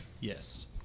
yes